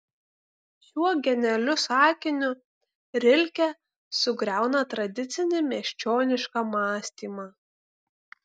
šiuo genialiu sakiniu rilke sugriauna tradicinį miesčionišką mąstymą